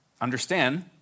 Understand